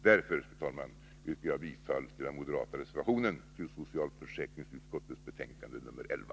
Därför, fru talman, yrkar jag bifall till den moderata reservationen till socialförsäkringsutskottets betänkande nr 11.